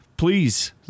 Please